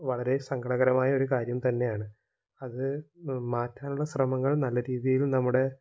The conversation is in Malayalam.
വളരെ സങ്കടകരമായൊരു കാര്യം തന്നെയാണ് അത് മാറ്റാനുള്ള ശ്രമങ്ങള് നല്ല രീതിയില് നമ്മുടെ